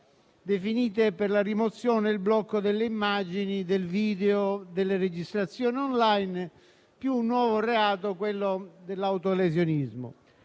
definite per la rimozione e il blocco delle immagini, dei video, delle registrazioni *online,* più un nuovo reato, quello dell'autolesionismo.